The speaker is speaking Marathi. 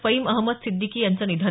फईम अहमद सिद्दीकी यांच निधन